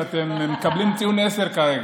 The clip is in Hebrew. ואתם מקבלים ציון עשר כרגע.